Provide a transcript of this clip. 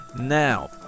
Now